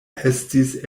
estis